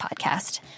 podcast